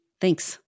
Thanks